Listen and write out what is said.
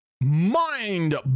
mind